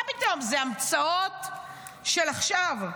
מה פתאום, אלה המצאות של עכשיו,